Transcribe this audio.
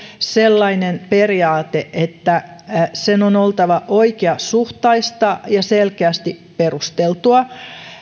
sellainen periaate että sen on oltava oikeasuhtaista ja selkeästi perusteltua